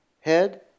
head